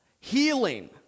Healing